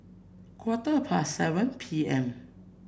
quarter past seven P M